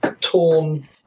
torn